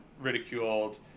ridiculed